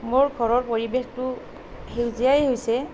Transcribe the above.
মোৰ ঘৰৰ পৰিৱেশটো সেউজীয়াই হৈছে